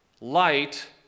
light